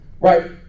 right